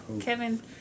Kevin